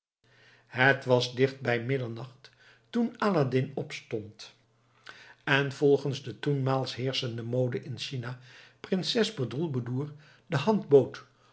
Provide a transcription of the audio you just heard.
het was dicht bij middernacht toen aladdin opstond en volgens de toenmaals heerschende mode in china prinses bedroelboedoer de hand bood